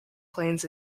planes